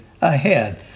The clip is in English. ahead